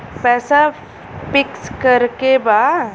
पैसा पिक्स करके बा?